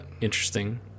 interesting